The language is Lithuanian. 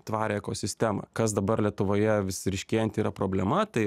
tvarią ekosistemą kas dabar lietuvoje vis ryškėjanti yra problema tai